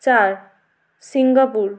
চার সিঙ্গাপুর